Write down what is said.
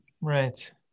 Right